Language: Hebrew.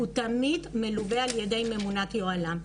הוא תמיד מלווה על ידי ממונת יוהל"מ,